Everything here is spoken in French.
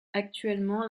actuellement